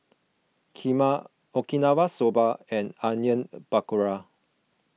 Kheema Okinawa Soba and Onion Pakora